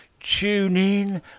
TuneIn